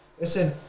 listen